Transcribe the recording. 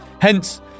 hence